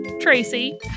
Tracy